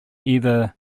either